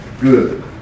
good